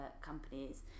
companies